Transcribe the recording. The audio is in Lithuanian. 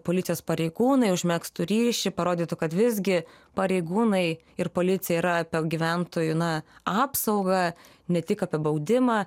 policijos pareigūnai užmegztų ryšį parodytų kad visgi pareigūnai ir policija yra gyventojų na apsauga ne tik apie baudimą